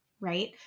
right